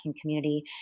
community